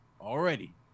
already